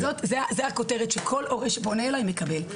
זה הכותרת שכל הורה שפונה אליי מקבל.